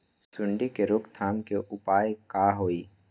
सूंडी के रोक थाम के उपाय का होई?